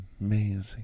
amazing